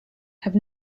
have